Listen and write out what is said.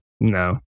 No